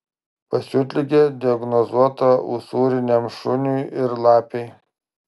pasiutligė diagnozuota usūriniam šuniui ir lapei